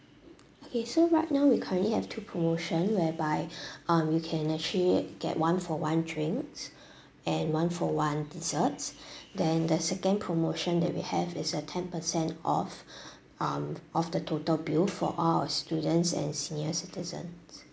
okay so right now we currently have two promotion whereby um you can actually get one for one drinks and one for one desserts then the second promotion that we have is a ten percent off um of the total bill for all our students and senior citizens